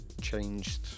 changed